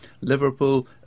Liverpool